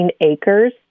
acres